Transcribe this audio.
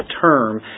term